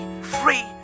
free